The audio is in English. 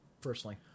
personally